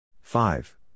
five